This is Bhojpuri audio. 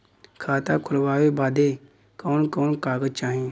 खाता खोलवावे बादे कवन कवन कागज चाही?